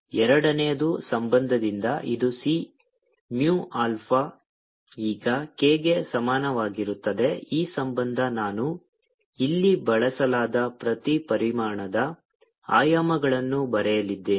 ಎರಡನೆಯ ಸಂಬಂಧದಿಂದ ಇದು C mu ಆಲ್ಫಾ ಈಗ k ಗೆ ಸಮಾನವಾಗಿರುತ್ತದೆ ಈ ಸಂಬಂಧ ನಾನು ಇಲ್ಲಿ ಬಳಸಲಾದ ಪ್ರತಿ ಪರಿಮಾಣದ ಆಯಾಮಗಳನ್ನು ಬರೆಯಲಿದ್ದೇನೆ